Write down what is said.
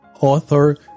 Author